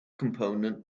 component